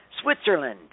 Switzerland